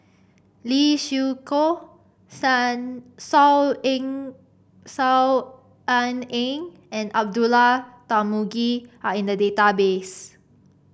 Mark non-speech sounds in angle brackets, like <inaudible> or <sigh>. Lee Siew Choh <unintelligible> Saw <unintelligible> Saw Ean Ang and Abdullah Tarmugi are in the database